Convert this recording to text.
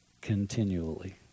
continually